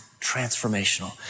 transformational